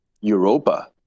Europa